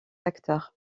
acteurs